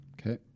Okay